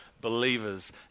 believers